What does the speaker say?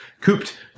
cooped